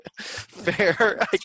fair